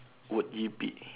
would it be